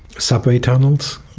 subway tunnels.